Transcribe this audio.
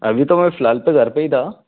अभी तो मैं फिलहाल तो घर पर ही था